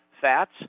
Fats